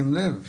לב לאקצנט,